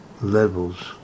levels